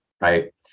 right